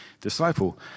disciple